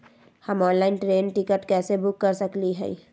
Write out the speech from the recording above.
हम online train ticket कैसे book कर सकली हई?